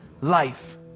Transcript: life